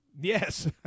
Yes